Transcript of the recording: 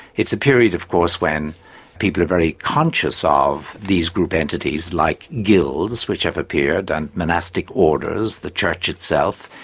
it's a period, of course, when people are very conscious ah of these group entities like guilds which have appeared and monastic orders, the church itself,